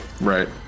right